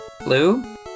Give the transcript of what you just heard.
Blue